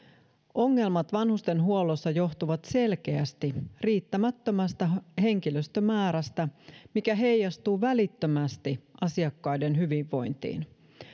ongelmat vanhustenhuollossa johtuvat selkeästi riittämättömästä henkilöstömäärästä mikä heijastuu välittömästi asiakkaiden hyvinvointiin